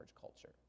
culture